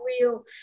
real